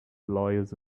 lawyers